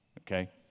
okay